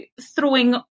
throwing